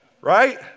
right